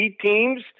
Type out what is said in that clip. teams